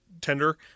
tender